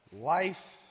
life